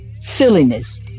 Silliness